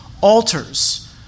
Altars